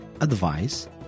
advice